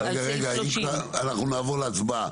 אנחנו נעבור להצבעה.